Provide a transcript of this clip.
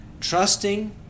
Trusting